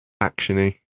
action-y